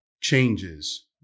changes